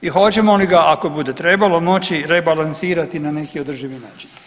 I hoćemo li ga, ako bude trebalo moći, rebalansirati na neki održivi način?